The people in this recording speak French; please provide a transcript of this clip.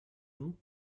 vous